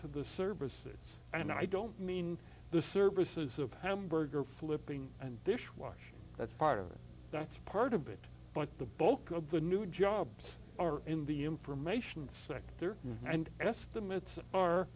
to the services and i don't mean the services of hamburger flipping and dishwasher that's part of that's part of it but the bulk of the new jobs are in the information sector and estimates are